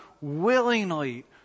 Willingly